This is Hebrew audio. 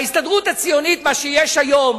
בהסתדרות הציונית, מה שיש היום